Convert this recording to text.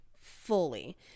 fully